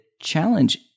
challenge